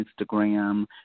Instagram